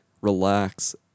relax